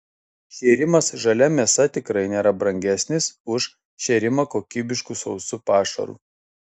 šėrimas žalia mėsa tikrai nėra brangesnis už šėrimą kokybišku sausu pašaru